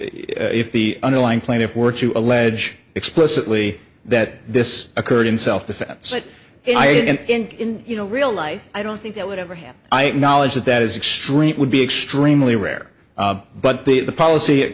if the underlying plaintiff were to allege explicitly that this occurred in self defense but if i didn't you know real life i don't think that would ever happen i acknowledge that that is extreme would be extremely rare but that the policy it